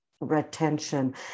retention